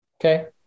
Okay